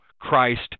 Christ